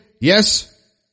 yes